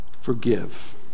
forgive